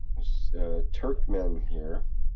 so turkmen here.